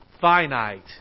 finite